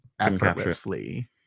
effortlessly